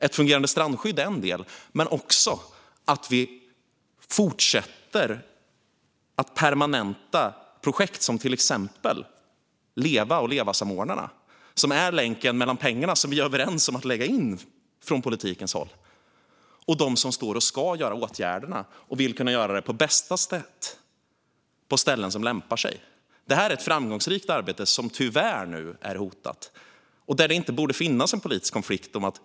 Ett fungerande strandskydd är en del, men vi måste också fortsätta att permanenta projekt som exempelvis LEVA och LEVA-samordnarna, som är länken mellan de pengar som vi är överens om att lägga in från politikens håll och dem som ska göra åtgärderna och som vill kunna göra det på bästa sätt på ställen som lämpar sig för detta. Det här är ett framgångsrikt arbete som tyvärr är hotat nu och där det inte borde finnas en politisk konflikt.